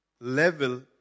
level